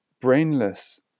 brainless